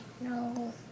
No